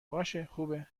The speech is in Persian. باشهخوبه